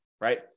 right